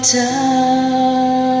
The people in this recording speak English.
time